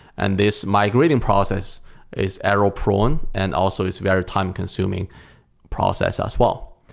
and this migrating process is error prone and also is very time consuming process as well.